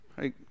Hey